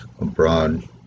abroad